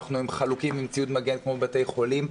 אנחנו עם חלוקים וציוד מגן כמו בבתי חולים,